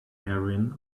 heroine